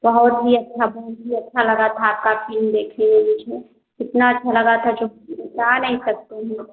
बहुत ही अच्छा बहुत ही अच्छा लगा था आपका फिल्म देखने में मुझे कितना अच्छा लगा था जो बता नहीं सकते हैं